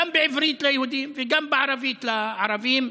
גם בעברית ליהודים וגם בערבית לערבים.